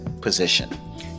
position